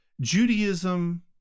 Judaism